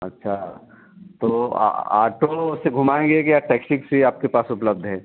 अच्छा तो आटो से घुमाएँगे या टैक्सी ओक्सी आपके पास उपलब्ध है